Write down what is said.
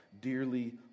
dearly